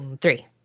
Three